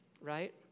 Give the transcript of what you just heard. Right